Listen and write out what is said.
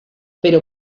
pero